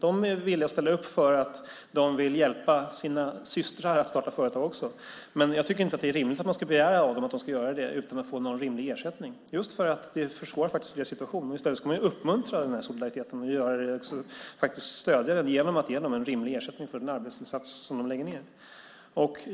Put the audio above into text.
De är villiga att ställa upp för att de vill hjälpa sina systrar att starta företag också. Men jag tycker inte att det är rimligt att man ska begära av dem att de ska göra det utan att få någon rimlig ersättning, just därför att det faktiskt försvårar deras situation. I stället ska man ju uppmuntra den här solidariteten och stödja dem genom att ge dem en rimlig ersättning för den arbetsinsats som de lägger ned.